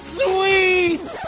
sweet